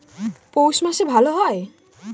পৌষ মাসে ভালো হয়?